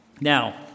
Now